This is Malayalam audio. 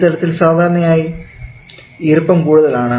ഈ തലത്തിൽ സാധാരണയായി ഈർപ്പം കൂടുതലാണ്